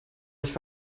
nicht